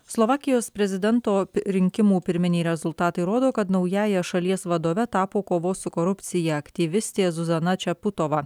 slovakijos prezidento rinkimų pirminiai rezultatai rodo kad naująja šalies vadove tapo kovos su korupcija aktyvistė zuzana čiaputova